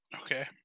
Okay